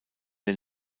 der